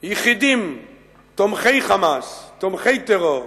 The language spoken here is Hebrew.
יחידים תומכי "חמאס", תומכי טרור,